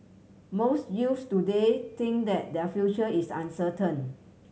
most youths today think that their future is uncertain